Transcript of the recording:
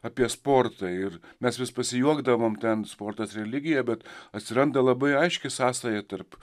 apie sportą ir mes vis pasijuokdavom ten sportas religija bet atsiranda labai aiški sąsaja tarp